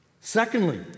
Secondly